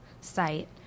site